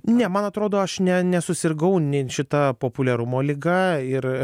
ne man atrodo aš ne nesusirgau nė šita populiarumo liga ir